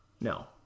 No